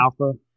Alpha